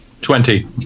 Twenty